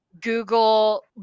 Google